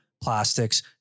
plastics